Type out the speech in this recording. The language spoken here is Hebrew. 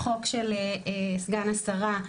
חוק של סגן השרה,